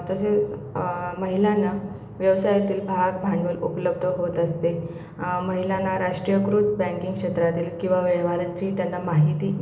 तसेच महिलांना व्यवसायातील भागभांडवल उपलब्ध होत असते महिलांना राष्ट्रीयकृत बँकिंग क्षेत्रातील किंवा व्यवहारांची त्यांना माहिती